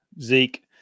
Zeke